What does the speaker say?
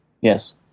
Yes